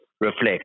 reflect